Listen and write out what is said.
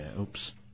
oops